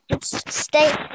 stay